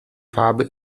farbe